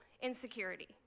Insecurity